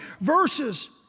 verses